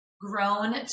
grown